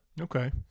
Okay